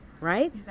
Right